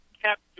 kept